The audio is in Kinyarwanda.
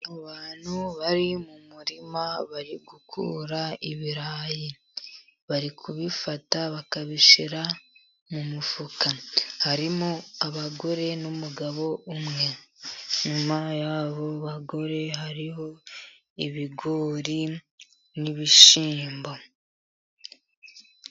Abantu bari mu murima bari gukura ibirayi, bari kubifata bakabishyira mu mufuka harimo abagore n'umugabo umwe, inyuma y'abo bagore hariho ibigori n'ibishyimbo.